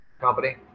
company